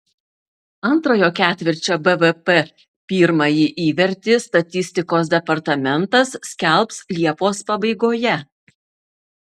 antrojo ketvirčio bvp pirmąjį įvertį statistikos departamentas skelbs liepos pabaigoje